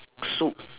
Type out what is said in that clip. soup